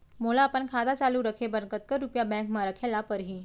मोला अपन खाता चालू रखे बर कतका रुपिया बैंक म रखे ला परही?